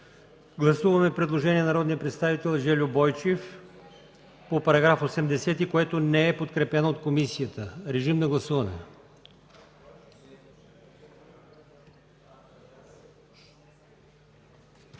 Гласуваме предложението на народния представител Жельо Бойчев по § 80, което не е подкрепено от комисията. Гласували